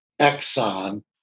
Exxon